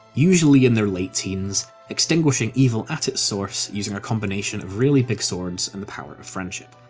usually in their late teens, extinguishing evil at its source, using a combination of really big swords, and the power of friendship.